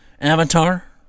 Avatar